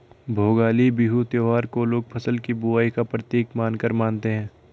भोगाली बिहू त्योहार को लोग फ़सल की बुबाई का प्रतीक मानकर मानते हैं